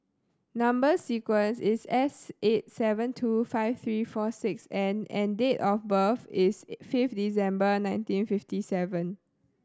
number sequence is S eight seven two five three four six N and date of birth is fifth December nineteen fifty seven